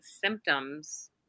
symptoms